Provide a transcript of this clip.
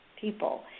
people